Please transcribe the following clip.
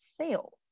sales